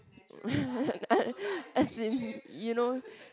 a~ as in you you know